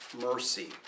mercy